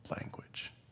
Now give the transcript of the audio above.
language